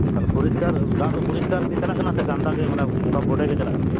ᱛᱟᱦᱚᱞᱮ ᱯᱚᱨᱤᱥᱠᱟᱨ ᱫᱟᱜ ᱫᱚ ᱯᱚᱨᱤᱥᱠᱟᱨ ᱜᱮ ᱪᱟᱞᱟᱜ ᱠᱟᱱᱟ ᱥᱮ ᱜᱟᱱᱫᱟ ᱜᱮ ᱚᱱᱠᱟ ᱵᱚᱰᱮ ᱜᱮ ᱪᱟᱞᱟᱜ ᱠᱟᱱᱟ